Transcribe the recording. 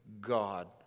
God